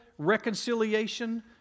reconciliation